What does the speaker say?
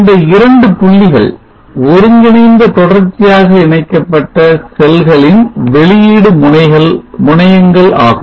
இந்த இரண்டு புள்ளிகள் ஒருங்கிணைந்த தொடர்ச்சியாக இணைக்கப்பட்ட செல்களின் வெளியீடு முனையங்கள் ஆகும்